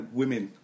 women